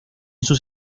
sus